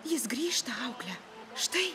jis grįžta aukle štai